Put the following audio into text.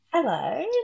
Hello